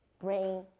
brain